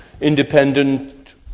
independent